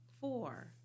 four